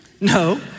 No